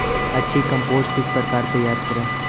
अच्छी कम्पोस्ट किस प्रकार तैयार करें?